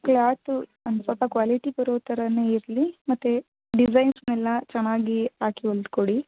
cloth ಒಂದು ಸ್ವಲ್ಪ quality ಬರೋ ಥರಾನೇ ಇರಲಿ ಮತ್ತು ಡಿಸೈನ್ಸ್ನೆಲ್ಲ ಚೆನ್ನಾಗಿ ಹಾಕಿ ಹೊಲ್ದ್ ಕೊಡಿ